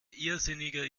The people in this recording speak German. irrsinniger